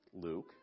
Luke